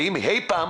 האם אי פעם